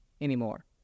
anymore